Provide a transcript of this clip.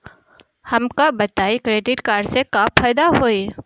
हमका बताई credit card से का फायदा होई?